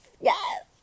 yes